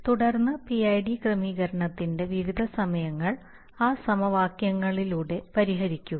തുടർന്ന് PID ക്രമീകരണത്തിന്റെ വിവിധ സമയങ്ങൾ ആ സമവാക്യങ്ങളിലൂടെ പരിഹരിക്കുക